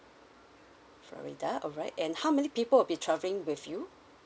florida alright and how many people would be travelling with you